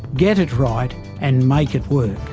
get it right and make it work.